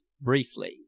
briefly